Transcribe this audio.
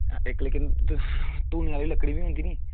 इक लेकिन धुनी आह्ली लक्कड़ी बी होंदी नी